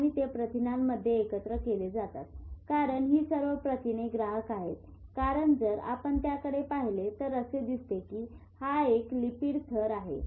आणि ते प्रथिनांमध्ये एकत्र केले जातात जातात कारण हि सर्व प्रथिने ग्राहक आहेत कारण जर आपण त्याकडे पाहिले तर असे दिसते की हा एक लिपिड थर आहे